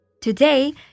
Today